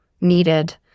needed